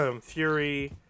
Fury